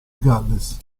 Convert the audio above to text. galles